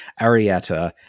Arietta